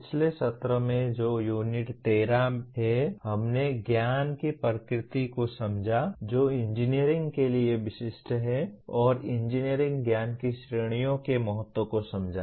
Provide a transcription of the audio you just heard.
पिछले सत्र में जो यूनिट 13 है हमने ज्ञान की प्रकृति को समझा जो इंजीनियरिंग के लिए विशिष्ट है और इंजीनियरिंग ज्ञान की श्रेणियों के महत्व को समझा